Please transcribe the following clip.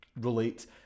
relate